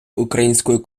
української